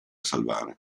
salvare